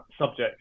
subject